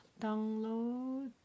download